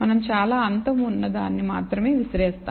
మనం చాలా అంతం ఉన్నదాన్ని మాత్రమే విసిరివేస్తాము